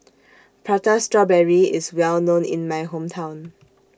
Prata Strawberry IS Well known in My Hometown